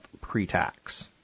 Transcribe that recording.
pre-tax